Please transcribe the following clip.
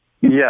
Yes